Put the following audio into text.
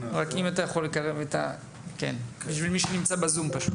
ההסעות של המשרד משקפת את המדיניות בנושא